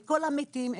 כל המתים,